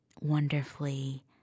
wonderfully